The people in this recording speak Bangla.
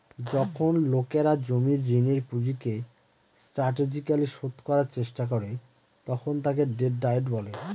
যখন লোকেরা জমির ঋণের পুঁজিকে স্ট্র্যাটেজিকালি শোধ করার চেষ্টা করে তখন তাকে ডেট ডায়েট বলে